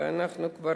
והשנה כבר